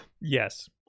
Yes